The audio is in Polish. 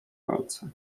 walce